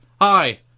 hi